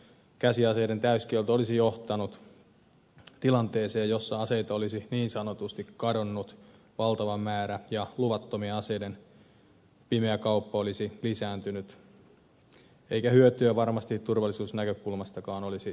käsiaseiden täyskielto olisi johtanut tilanteeseen jossa aseita olisi niin sanotusti kadonnut valtava määrä ja luvattomien aseiden pimeä kauppa olisi lisääntynyt eikä hyötyä varmasti turvallisuusnäkökulmastakaan olisi saavutettu